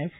F